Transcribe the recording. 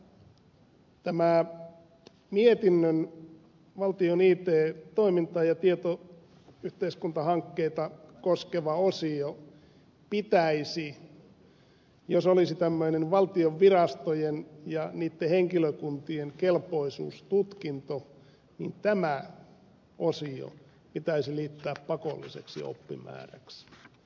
minusta tämä mietinnön valtion it toimintaa ja tietoyhteiskuntahankkeita koskeva osio pitäisi jos olisi tämmöinen valtion virastojen ja niitten henkilökuntien kelpoisuustutkinto niin tämä osio pitäisi liittää pakolliseksi oppimääräksi